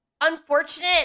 unfortunate